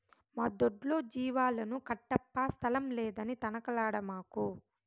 మా దొడ్లో జీవాలను కట్టప్పా స్థలం లేదని తనకలాడమాకు